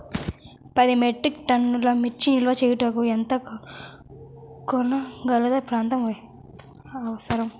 పది మెట్రిక్ టన్నుల మిర్చి నిల్వ చేయుటకు ఎంత కోలతగల ప్రాంతం అవసరం?